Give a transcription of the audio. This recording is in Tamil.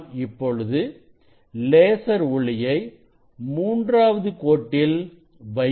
நான் இப்பொழுது லேசர் ஒளியை மூன்றாவது கோட்டில் வைக்கிறேன்